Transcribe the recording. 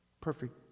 perfect